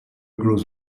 grows